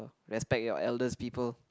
respect your elders people